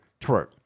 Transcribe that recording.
twerk